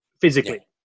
physically